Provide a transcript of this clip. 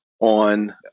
on